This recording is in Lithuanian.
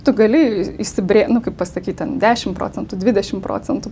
tu gali ir įsibrėž nu kaip pastatyti ten dešimt procentų dvidešimt procentų